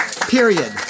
period